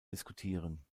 diskutieren